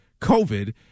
COVID